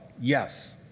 yes